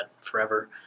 forever